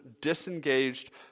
disengaged